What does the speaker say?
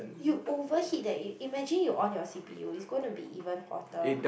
you overheat that imagine you on your C_P U is going to be even hotter